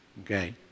okay